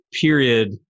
period